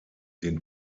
den